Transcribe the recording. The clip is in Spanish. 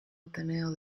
ateneo